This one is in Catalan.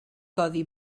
codi